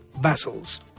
vassals